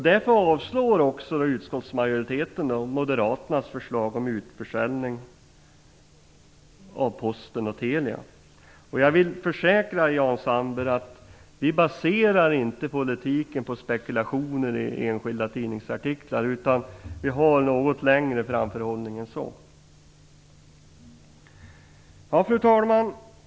Därför avstyrker utskottsmajoriteten moderaternas förslag om utförsäljning av Posten och Telia. Jag vill försäkra Jan Sandberg att vi inte baserar politiken på spekulationer i enskilda tidningsartiklar. Vi har något längre framförhållning än så. Fru talman!